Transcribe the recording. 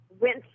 went